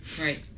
Right